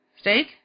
Steak